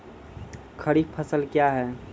खरीफ फसल क्या हैं?